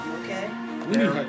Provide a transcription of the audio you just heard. okay